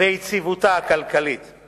ויציבותה הכלכלית של החברה.